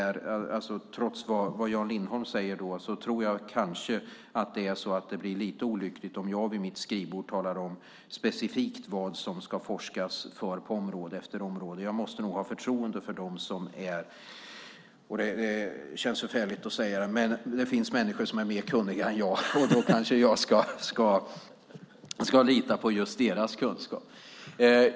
Trots vad Jan Lindholm säger tror jag att det blir lite olyckligt om jag vid mitt skrivbord specifikt talar om vilka områden som det ska ske forskning om. Jag måste nog ha förtroende för dem. Det känns förfärligt att säga det, men det finns människor som är mer kunniga än jag! Då kanske jag ska lita på just deras kunskap.